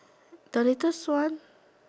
the latest one